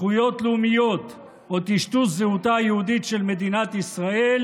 זכויות לאומיות או טשטוש זהותה היהודית של מדינת ישראל